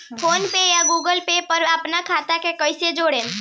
PhonePe या Google Pay पर अपना खाता के कईसे जोड़म?